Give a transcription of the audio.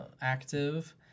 active